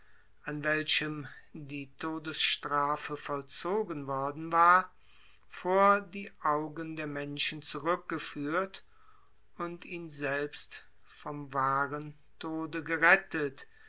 an welchem die todesstrafe vollzogen worden war vor die augen der menschen zurückgeführt und ihn selbst vom wahren tode gerettet